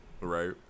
right